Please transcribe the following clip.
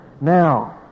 Now